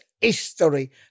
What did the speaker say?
history